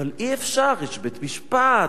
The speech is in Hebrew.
אבל אי-אפשר, יש בית-משפט,